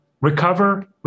recover